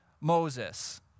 Moses